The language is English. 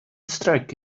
strike